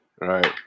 right